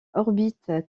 orbite